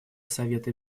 совета